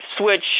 switch